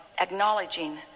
acknowledging